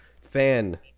fan